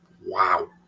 wow